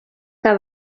que